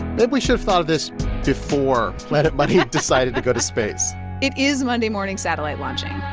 maybe we should've thought of this before planet money decided to go to space it is monday morning satellite launching